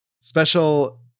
Special